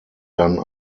dann